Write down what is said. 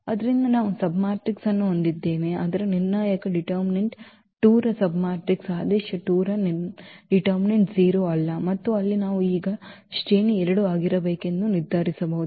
ಆದ್ದರಿಂದ ನಾವು ಸಬ್ಮ್ಯಾಟ್ರಿಕ್ಸ್ ಅನ್ನು ಹೊಂದಿದ್ದೇವೆ ಅದರ ನಿರ್ಣಾಯಕ 2 ರ ಸಬ್ಮ್ಯಾಟ್ರಿಕ್ಸ್ ಆದೇಶ 2 ರ ನಿರ್ಣಾಯಕ 0 ಅಲ್ಲ ಮತ್ತು ಅಲ್ಲಿ ನಾವು ಈಗ ಶ್ರೇಣಿ 2 ಆಗಿರಬೇಕು ಎಂದು ನಿರ್ಧರಿಸಬಹುದು